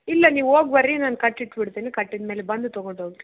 ಇಲ್ಲ ನೀವು ಹೋಗ್ ಬನ್ರಿ ನಾನು ಕಟ್ಟಿಟ್ಟುಬಿಡ್ತೀನಿ ಕಟ್ಟಿದ್ಮೇಲೆ ಬಂದು ತಗೊಂಡು ಹೋಗಿರಿ